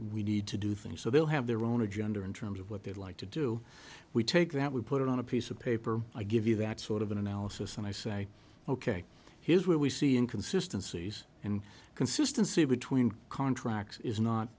we need to do things so they'll have their own agenda in terms of what they'd like to do we take that we put it on a piece of paper i give you that sort of analysis and i say ok here's where we see in consistencies and consistency between contracts is not